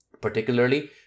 Particularly